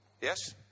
Yes